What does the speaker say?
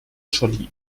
scholli